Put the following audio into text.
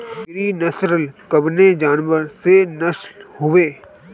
गिरी नश्ल कवने जानवर के नस्ल हयुवे?